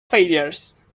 failures